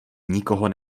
nikoho